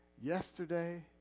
Yesterday